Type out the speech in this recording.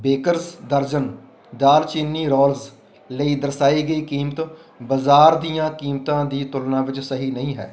bakers dozen ਦਾਲਚੀਨੀ rolls ਲਈ ਦਰਸਾਈ ਗਈ ਕੀਮਤ ਬਾਜ਼ਾਰ ਦੀਆਂ ਕੀਮਤਾਂ ਦੀ ਤੁਲਨਾ ਵਿੱਚ ਸਹੀ ਨਹੀਂ ਹੈ